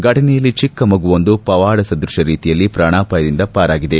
ಫಟನೆಯಲ್ಲಿ ಚಿಕ್ಕ ಮಗುವೊಂದು ಪವಾಡಸದೃತ ರೀತಿಯಲ್ಲಿ ಪ್ರಾಣಾಪಾಯದಿಂದ ಪಾರಾಗಿದೆ